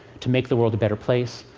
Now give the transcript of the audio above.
to make the world a better place,